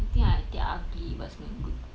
I think I take ugly but smell good